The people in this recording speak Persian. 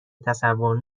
تصور